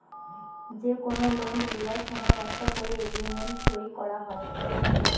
যে কুনো লোন লিবার সময় একটা কোরে এগ্রিমেন্ট সই কোরা হয়